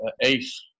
Ace